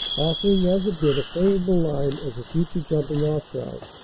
offering as it did a favorable line as a future jumping-off ground.